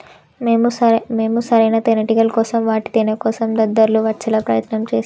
మేము సరైన తేనేటిగల కోసం వాటి తేనేకోసం దద్దుర్లు వచ్చేలా ప్రయత్నం చేశాం